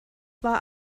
war